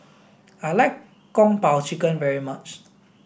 I like Kung Po chicken very much